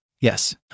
Yes